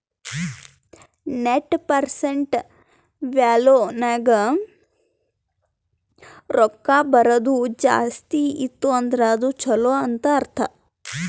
net present value ನಾಗ್ ರೊಕ್ಕಾ ಬರದು ಜಾಸ್ತಿ ಇತ್ತು ಅಂದುರ್ ಅದು ಛಲೋ ಅಂತ್ ಅರ್ಥ